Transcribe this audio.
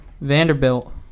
Vanderbilt